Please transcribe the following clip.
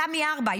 תמי 4,